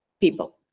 people